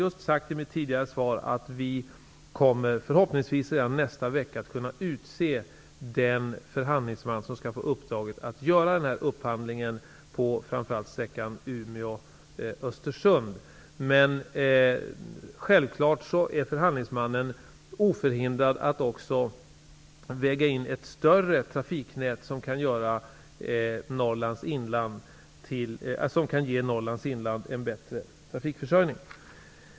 Jag sade i mitt tidigare svar att vi förhoppningsvis redan nästa vecka kommer att kunna utse den förhandlingsman som skall få i uppdrag att göra denna upphandling på framför allt sträckan Umeå-- Östersund. Självfallet är förhandlingsmannen oförhindrad att också väga in ett större trafiknät som kan ge Norrlands inland en bättre trafikförsörjning.